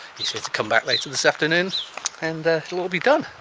he says to come back later this afternoon and it'll all be done.